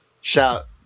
shout